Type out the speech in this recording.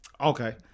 Okay